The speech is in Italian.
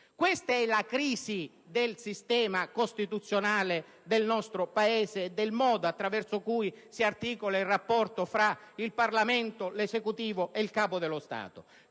Questa è la crisi del sistema costituzionale del nostro Paese e del modo con cui si articola il rapporto tra Parlamento, Esecutivo e Capo dello Stato.